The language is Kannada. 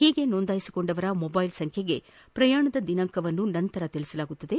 ಹೀಗೆ ನೊಂದಾಯಿಸಿಕೊಂಡವರ ಮೊದ್ನೇಲ್ ಸಂಖ್ಲೆಗೆ ಪ್ರಯಾಣದ ದಿನಾಂಕವನ್ನು ನಂತರ ತಿಳಿಸಲಾಗುವುದು